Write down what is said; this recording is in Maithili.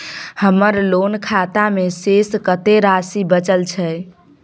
हमर लोन खाता मे शेस कत्ते राशि बचल छै?